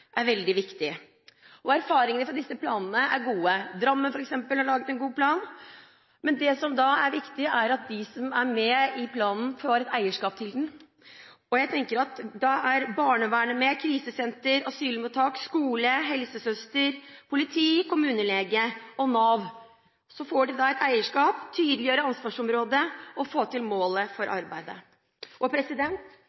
er veldig viktig. Erfaringene fra disse planene er gode – Drammen, f.eks., har laget en god plan. Det som er viktig, er at de som er med i planen, får et eierskap til den. Da er barnevernet, krisesenter, asylmottak, skole, helsesøster, politi, kommunelege og Nav med. Så får de et eierskap – man tydeliggjør ansvarsområdet – og de får til målet for